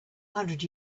hundred